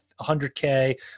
100K